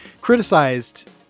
criticized